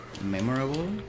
memorable